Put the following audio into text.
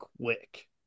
quick